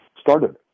started